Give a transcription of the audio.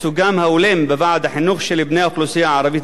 בוועד החינוך של בני האוכלוסייה הערבית בישראל,